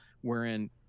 wherein